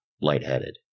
lightheaded